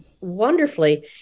wonderfully